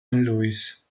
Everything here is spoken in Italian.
louis